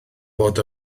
fod